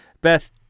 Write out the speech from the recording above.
Beth